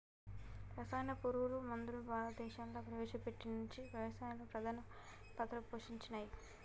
రసాయన పురుగు మందులు భారతదేశంలా ప్రవేశపెట్టినప్పటి నుంచి వ్యవసాయంలో ప్రధాన పాత్ర పోషించినయ్